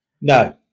No